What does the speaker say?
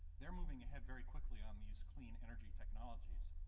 they are moving ahead very quickly on these clean energy technologies,